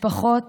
משפחות